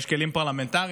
יש כלים פרלמנטריים.